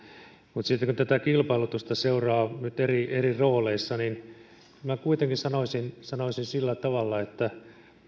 mutta sitten kun tätä kilpailutusta seuraa nyt eri eri rooleissa minä kuitenkin sanoisin sillä tavalla että